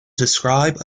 describe